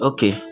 Okay